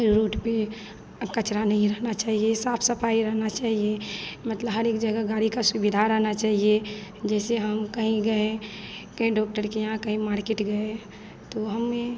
road पर अब कचरा नहीं रहना चाहिए साफ सफाई रहना चाहिए मतलब हर एक जगह गाड़ी की सुविधा रहनी चाहिए जैसे हम कहीं गए कहीं डॉक्टर के यहाँ कहीं मार्केट गए तो हमें